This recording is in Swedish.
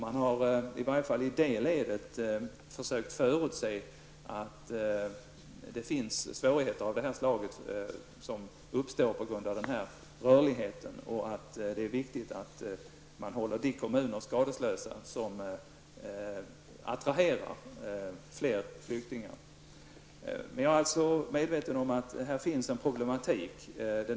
Man har alltså i varje fall i det ledet försökt förutse de svårigheter av det här slaget som uppstår på grund av rörligheten. Det är också viktigt att man håller de kommuner skadeslösa som attraherar fler flyktingar. Jag är medveten om att det finns problem på detta område.